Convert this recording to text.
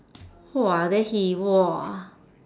!wah! then he !wah!